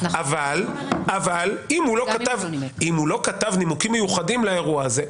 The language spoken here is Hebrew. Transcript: אבל אם הוא לא כתב נימוקים מיוחדים לאירוע הזה,